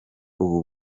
ubu